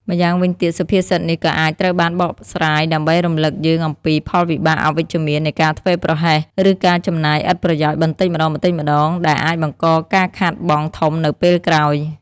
ម្យ៉ាងវិញទៀត សុភាសិតនេះក៏អាចត្រូវបានបកស្រាយដើម្បីរំលឹកយើងអំពី ផលវិបាកអវិជ្ជមាននៃការធ្វេសប្រហែស ឬការចំណាយឥតប្រយោជន៍បន្តិចម្តងៗ ដែលអាចបង្កការខាតបង់ធំនៅពេលក្រោយ។